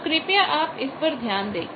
तो कृपया आप इस पर ध्यान दें